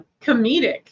comedic